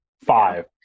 five